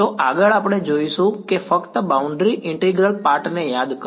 તો આગળ આપણે જોઈશું કે ફક્ત બાઉન્ડ્રી ઈન્ટીગ્રલ પાર્ટને યાદ કરો